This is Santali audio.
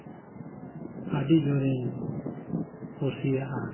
ᱟᱹᱰᱤ ᱡᱳᱨᱤᱧ ᱠᱩᱥᱤᱭᱟᱜᱼᱟ